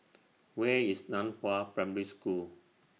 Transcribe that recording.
Where IS NAN Hua Primary School